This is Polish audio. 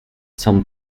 com